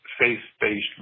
faith-based